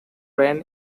ran